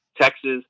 Texas